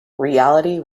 reality